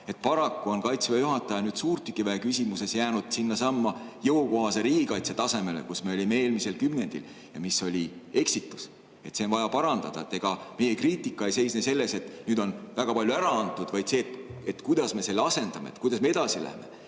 Paraku on Kaitseväe juhataja suurtükiväe küsimuses jäänud sinnasamma jõukohase riigikaitse tasemele, kus me olime eelmisel kümnendil ja mis oli eksitus. Seda on vaja parandada. Ega meie kriitika ei seisne selles, et nüüd on väga palju ära antud, vaid selles, et kuidas me selle asendame, kuidas me edasi läheme.